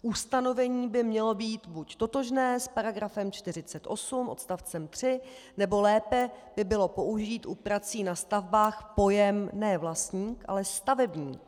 Ustanovení by mělo být buď totožné s § 48 odst. 3, nebo lépe by bylo použít u prací na stavbách pojem ne vlastník, ale stavebník.